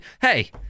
hey